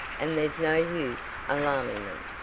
and there's no use alarming them.